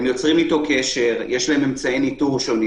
הם יוצרים אתו קשר, יש להם אמצעים שונים.